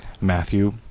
Matthew